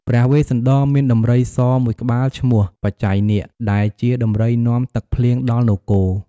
ព្រះវេស្សន្តរមានដំរីសមួយក្បាលឈ្មោះ បច្ច័យនាគ ដែលជាដំរីនាំទឹកភ្លៀងដល់នគរ។